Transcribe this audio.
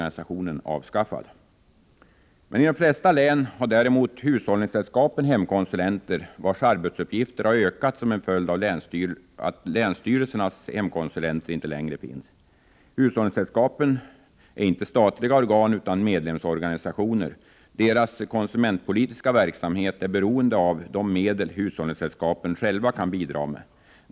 I de flesta län har däremot hushållningssällskapen hemkonsulenter, vilkas arbetsuppgifter har ökat som en följd av att länsstyrelsernas hemkonsulenter inte längre finns. Hushållningssällskapen är inte statliga organ utan medlemsorganisationer. Deras konsumentpolitiska verksamhet är beroende av de medel hushållningssällskapen själva kan bidra med.